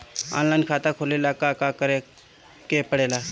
Online खाता खोले ला का का करे के पड़े ला?